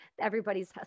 everybody's